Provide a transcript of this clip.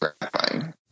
gratifying